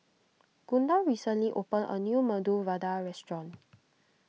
Gunda recently opened a new Medu Vada restaurant